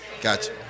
Gotcha